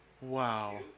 wow